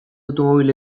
automobil